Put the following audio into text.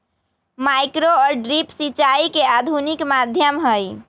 micro और drip सिंचाई के आधुनिक माध्यम हई